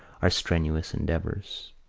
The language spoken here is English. our strenuous endeavours.